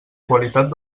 qualitat